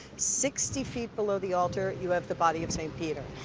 sixty feet below the altar, you have the body of st. peter.